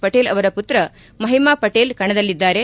ಪಟೇಲ್ ಅವರ ಪುತ್ರ ಮಹಿಮಾ ಪಟೇಲ್ ಕಣದಲ್ಲಿದ್ದಾರೆ